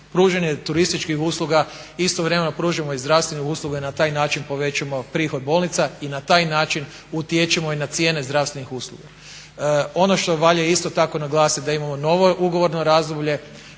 pružanje turističkih usluga istovremeno pružimo i zdravstvene usluge i na taj način povećamo prihod bolnica i na taj način utječemo i na cijene zdravstvenih usluga. Ono što valja isto tako naglasit, da imamo novo ugovorno razdoblje.